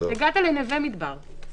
הגעת לנווה מדבר.